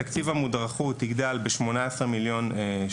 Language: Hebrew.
תקציב המודרכות יגדל ב-18,300,000.